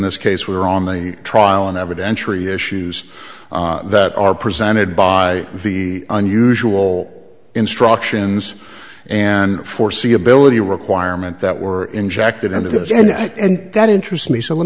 this case were on the trial and evidentiary issues that are presented by the unusual instructions and foreseeability requirement that were injected into this and that interest me so let